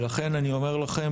ולכן אני אומר לכם,